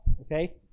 okay